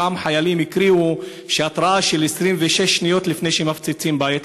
חיילים גם הקריאו על התראה של 26 שניות לפני שמפציצים בית,